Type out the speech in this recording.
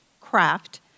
Craft